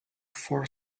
for